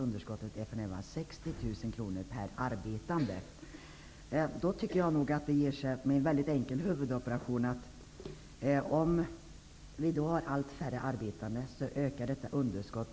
Underskottet är för närvarande 60 000 kr per arbetande. Med en väldigt enkel huvudräkningsoperation finner man att med allt färre arbetande ökar detta underskott.